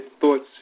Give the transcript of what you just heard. thoughts